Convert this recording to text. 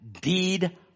deed